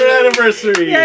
anniversary